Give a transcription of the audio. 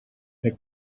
het